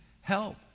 help